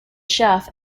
chef